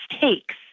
takes